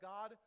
God